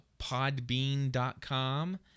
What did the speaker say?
podbean.com